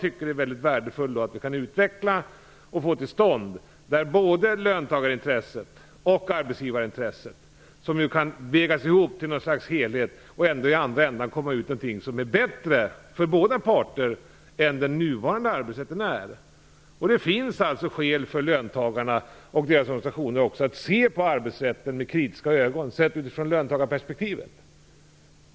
Det är värdefullt om vi kan utveckla och få till stånd en dialog, där både löntagarintresset och arbetsgivarintresset kan vägas ihop till något slags helhet för att det i andra änden skall komma ut någonting som för båda parter är bättre än den nuvarande arbetsrätten. Det finns alltså skäl för löntagarna och deras organisationer att se på arbetsrätten med kritiska ögon, sett från löntagarperspektivet.